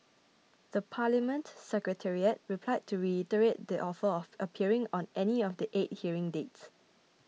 the Parliament Secretariat replied to reiterate the offer of appearing on any of the eight hearing dates